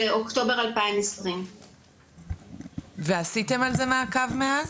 באוקטובר 2020. ועשיתם על זה מעקב מאז?